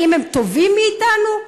האם הם טובים מאתנו?